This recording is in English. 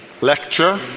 lecture